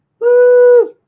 Woo